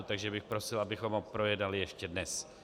Takže bych prosil, abychom ho projednali ještě dnes.